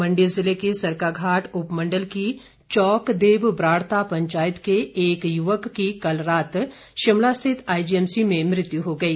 मंडी ज़िले के सरकाघाट उपमंडल की चौक देव ब्राड़ता पंचायत के एक युवक की कल रात शिमला स्थित आईजीएमसी में मृत्यु हो गई